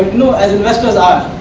know, as investors are.